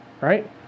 Right